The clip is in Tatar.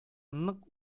нык